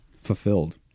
fulfilled